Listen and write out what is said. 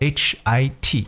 hit